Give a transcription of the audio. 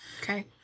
Okay